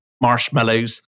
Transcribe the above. marshmallows